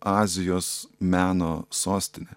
azijos meno sostinę